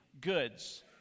goods